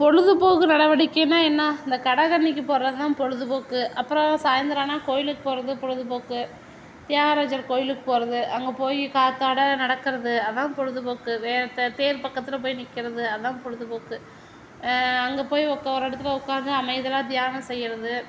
பொழுது போக்கு நடவடிக்கைனால் என்ன இந்த கடை கன்னிக்கு போவதுதான் பொழுதுபோக்கு அப்புறம் சாயந்திரம் ஆனால் கோயிலுக்கு போவது பொழுதுபோக்கு தியாகராஜர் கோயிலுக்கு போவது அங்கே போய் காற்றாட நடக்கிறது அதுதான் பொழுது போக்கு வேறு தேர் பக்கத்தில் போய் நிற்கிறது அதுதான் பொழுதுபோக்கு அங்கோ போய் உட்கார ஒரு இடத்தில் உட்காந்து அமைதியாக தியானம் செய்கிறது